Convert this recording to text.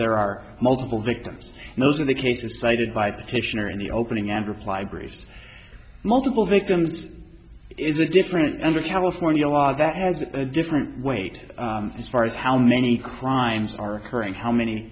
there are multiple victims and those are the cases cited by petitioner in the opening and reply breeze multiple victims is a different under california law that has a different weight as far as how many crimes are occurring how many